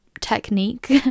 technique